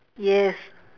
yes